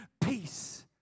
peace